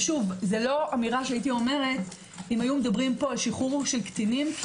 זה לא אמירה שהייתי אומרת אם היו מדברים פה על שחרור קטינים כי